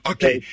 Okay